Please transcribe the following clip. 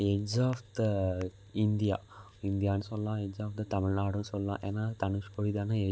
edge of the India இந்தியான்னு சொல்லலாம் edge of the தமிழ்நாடுன்னு சொல்லலாம் ஏன்னால் தனுஷ்கோடி தானே எட்ஜ்